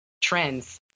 trends